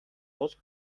бол